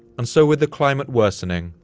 and so with the climate worsening,